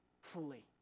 fully